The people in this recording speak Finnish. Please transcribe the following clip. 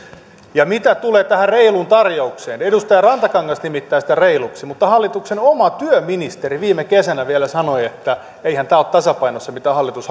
ja mitä tulee tähän reiluun tarjoukseen edustaja rantakangas nimittää sitä reiluksi mutta hallituksen oma työministeri viime kesänä vielä sanoi että eihän tämä ole tasapainossa mitä hallitus